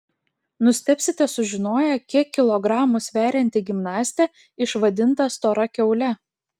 nustebsite sužinoję kiek kilogramų sverianti gimnastė išvadinta stora kiaule